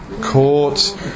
court